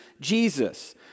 Jesus